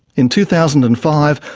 in two thousand and five,